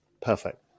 Perfect